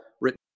written